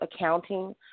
accounting